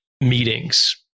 meetings